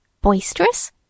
Boisterous